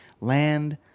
land